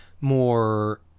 more